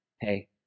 hey